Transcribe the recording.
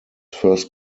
first